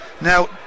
Now